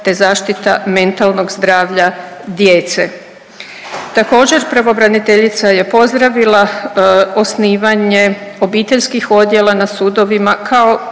te zaštita mentalnog zdravlja djece. Također pravobraniteljica je pozdravila osnivanje obiteljskih odjela na sudovima kao